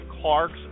Clark's